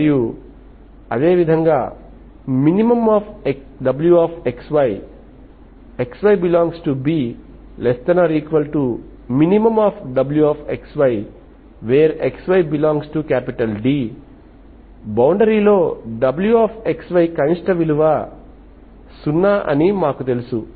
మరియు అదేవిధంగా minwxy xy∈B minwxy xy∈D boundary లో wxy కనిష్ట విలువ సున్నా అని మాకు తెలుసు